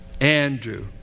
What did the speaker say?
Andrew